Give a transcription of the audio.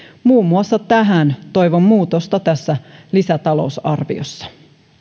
muun muassa tähän toivon muutosta tässä lisätalousarviossa